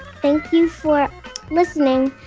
thank you for listening.